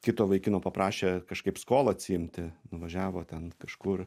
kito vaikino paprašė kažkaip skolą atsiimti nuvažiavo ten kažkur